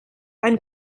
ein